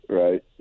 right